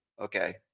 Okay